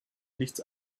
nichts